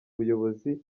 buyobozi